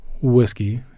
whiskey